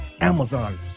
Amazon